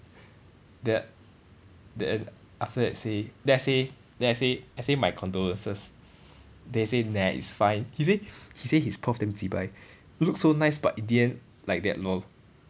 then then after that say then I say then I say I say my condolences then he say neh it's fine he say he say his prof damn cheebye look so nice but in the end like that lol